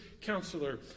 counselor